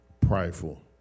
prideful